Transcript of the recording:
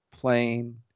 plain